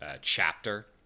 chapter